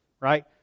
right